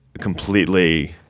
completely